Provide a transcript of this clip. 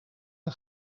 een